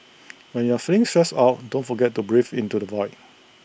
when you are feeling stressed out don't forget to breathe into the void